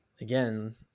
Again